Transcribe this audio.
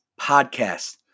Podcast